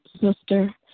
sister